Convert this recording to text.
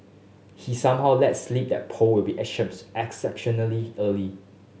he somehow let slip that poll will be exceptionally early